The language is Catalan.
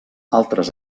altres